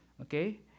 okay